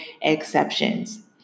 exceptions